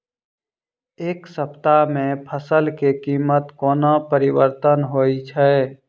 एक सप्ताह मे फसल केँ कीमत कोना परिवर्तन होइ छै?